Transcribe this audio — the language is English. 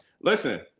Listen